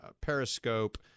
Periscope